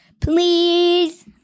Please